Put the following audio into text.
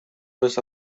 was